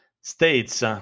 states